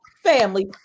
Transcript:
family